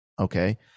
okay